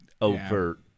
overt